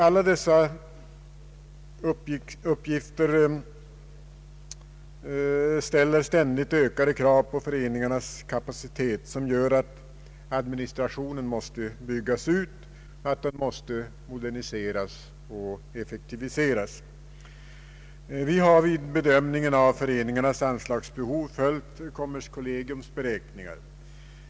Alla dessa uppgifter ställer ständigt ökade krav på föreningarnas kapacitet, vilket gör att administrationen måste byggas ut, moderniseras och effektiviseras. Vi har i bedömningen av föreningarnas anslagsbehov följt kommerskollegiums beräkningar.